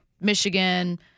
Michigan